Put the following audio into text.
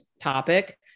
topic